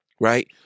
right